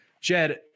Jed